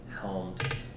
helmed